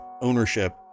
ownership